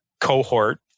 cohort